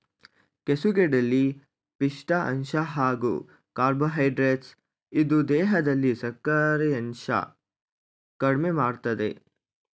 ಕೆಸುಗೆಡ್ಡೆಲಿ ಪಿಷ್ಠ ಅಂಶ ಹಾಗೂ ಕಾರ್ಬೋಹೈಡ್ರೇಟ್ಸ್ ಇದ್ದು ದೇಹದಲ್ಲಿ ಸಕ್ಕರೆಯಂಶ ಕಡ್ಮೆಮಾಡ್ತದೆ